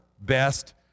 best